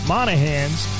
Monahan's